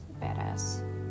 badass